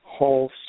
whole